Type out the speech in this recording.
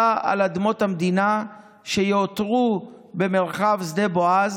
על אדמות המדינה שיאותרו במרחב שדה בועז,